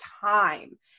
time